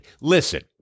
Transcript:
Listen